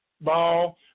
ball